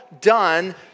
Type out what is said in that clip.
done